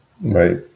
Right